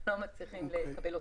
לקבל אותם.